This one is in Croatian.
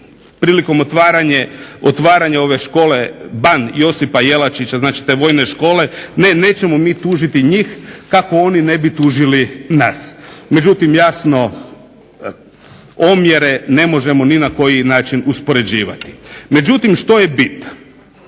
prilikom otvaranja ove škole "Ban Josip Jelačić", znači te vojne škole, ne nećemo mi tužiti njih kako oni ne bi tužili nas. Međutim jasno, omjere ne možemo ni na koji način uspoređivati. Međutim što je bit?